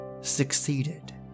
succeeded